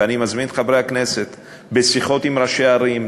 ואני מזמין את חברי הכנסת לדבר עם ראשי ערים,